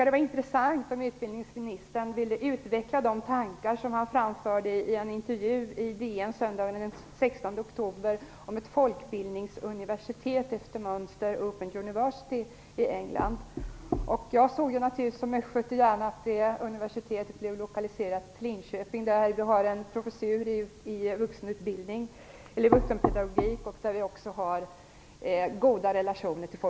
Det vore intressant om utbildningsministern ville utveckla de tankar som han framförde i en intervju i University i England. Jag ser som östgöte naturligtvis gärna att det universitetet blir lokaliserat till Linköping, där vi har en professur i vuxenpedagogik och där vi också har goda relationer till